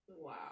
Wow